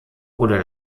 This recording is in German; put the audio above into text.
oder